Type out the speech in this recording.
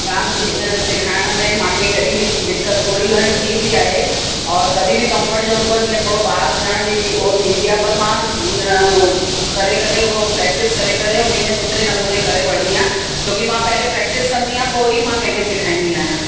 dance सेखारण में मूंखे कॾहिं बि दिक़त थोरी घणी थी बि आहे और कॾहिं बि कंफर्ट जोन खां जीअं थोरो ॿाहिरि वञण जी हो थींदी आ्हे पर मां उन करे करे प्रैक्टिस करे करे उन्ही में सुठे नमूने करे वठंदी आहियां छो की मां पहिले प्रैक्टिस कंदी आहियां पोइ ई मां कंहिंखे सेखारींदी आहियां